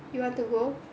you want to go